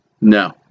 No